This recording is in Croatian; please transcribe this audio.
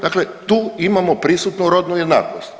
Dakle, tu imamo prisutnu rodnu jednakost.